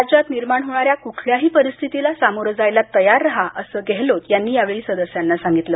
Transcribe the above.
राज्यात निर्माण होणाऱ्या कुठल्याही परिस्थितीला समोरं जायला तयार रहा असं गेहलोत यांनी यावेळी सदस्यांना सांगितलं